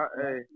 hey